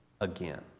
again